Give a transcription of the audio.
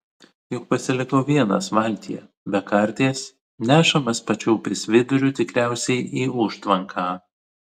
juk pasilikau vienas valtyje be karties nešamas pačiu upės viduriu tikriausiai į užtvanką